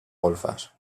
golfes